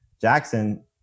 Jackson